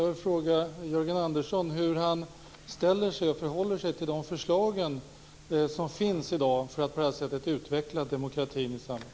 Jag vill fråga Jörgen Andersson hur han förhåller sig till de förslag som finns i dag för att på det här sättet utveckla demokratin i samhället.